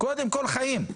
קודם כל החיים.